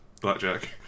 Blackjack